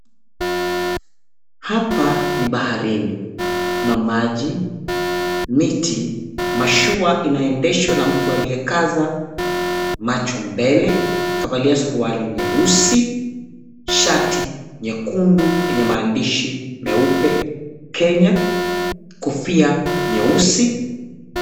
Hapa ni baharini. Kuna maji, miti, mashua inaendeshwa na mtu aliyekaza macho mbele, kavalia suruali nyeusi, shati nyekundu yenye maandishi meupe "Kenya", kofia nyeusi.